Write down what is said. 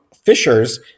fishers